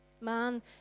Man